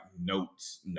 notes